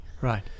right